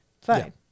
fine